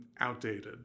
outdated